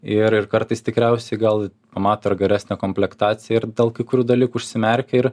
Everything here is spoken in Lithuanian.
ir ir kartais tikriausiai gal pamato ir geresnę komplektaciją ir dėl kai kurių dalykų užsimerkia ir